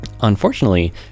unfortunately